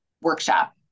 workshop